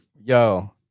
Yo